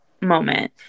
moment